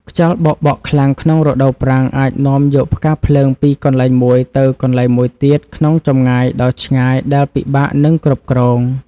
ខ្យល់បោកបក់ខ្លាំងក្នុងរដូវប្រាំងអាចនាំយកផ្កាភ្លើងពីកន្លែងមួយទៅកន្លែងមួយទៀតក្នុងចម្ងាយដ៏ឆ្ងាយដែលពិបាកនឹងគ្រប់គ្រង។